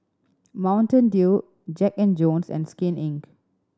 Mountain Dew Jack and Jones and Skin Inc